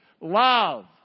Love